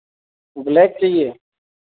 black चाहिए